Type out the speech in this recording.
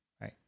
Right